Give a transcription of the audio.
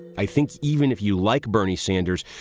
i think even if you like bernie sanders,